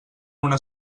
una